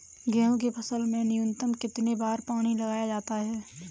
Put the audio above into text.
गेहूँ की फसल में न्यूनतम कितने बार पानी लगाया जाता है?